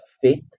fit